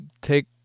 take